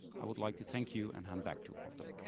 i would like to thank you and hand back to otto.